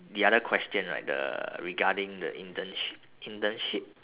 the other question like the regarding the internship internship